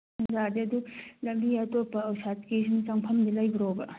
ꯑꯗꯨ ꯂꯝꯕꯤ ꯑꯇꯣꯞꯄ ꯑꯥꯎꯠꯁꯥꯏꯗꯀꯤ ꯁꯨꯝ ꯆꯪꯐꯝꯗꯤ ꯂꯩꯕ꯭ꯔꯣꯕ